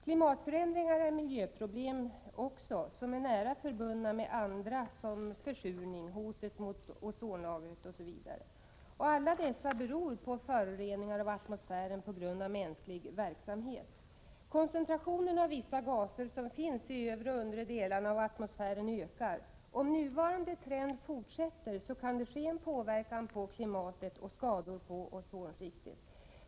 Klimatförändringar är miljöproblem som är nära förbundna med andra, såsom försurning och hotet mot ozonlagret. Alla dessa problem beror på föroreningar av atmosfären på grund av mänsklig verksamhet. Koncentrationen av vissa gaser i övre och undre delarna av atmosfären ökar. Om nuvarande trend fortsätter, kan det ske en påverkan på klimatet och skador på ozonskiktet.